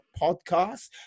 podcast